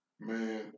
man